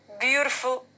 beautiful